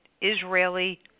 Israeli